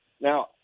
now